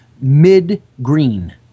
mid-green